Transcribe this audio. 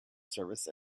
service